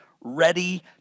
ready